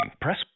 press